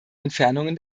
entfernungen